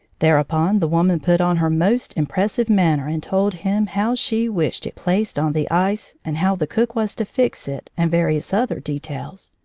thereupon the woman put on her most impressive manner and told him how she wished it placed on the ice and how the cook was to fix it and various other details.